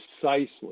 precisely